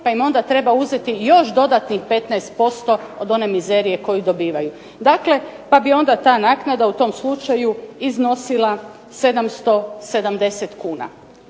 pa im onda treba uzeti još dodatnih 15% od one mizerije koju dobivaju. Dakle, pa bi onda ta naknada u tom slučaju iznosila 770 kuna.